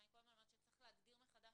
ואני כל הזמן אומרת שצריך להגדיר מחדש